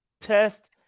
test